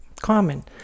common